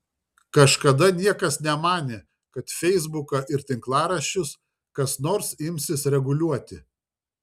kažkada niekas nemanė kad feisbuką ir tinklaraščius kas nors imsis reguliuoti